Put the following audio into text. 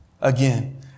Again